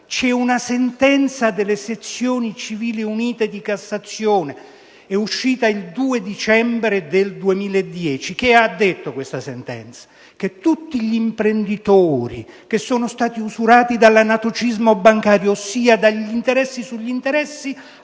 c'è una sentenza delle sezioni unite della Cassazione civile del 2 dicembre del 2010 che ha stabilito che tutti gli imprenditori che sono stati «usurati» dall'anatocismo bancario, ossia dagli interessi sugli interessi,